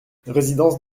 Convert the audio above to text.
résidence